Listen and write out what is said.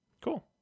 Cool